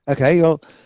Okay